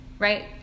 Right